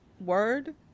word